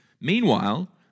Meanwhile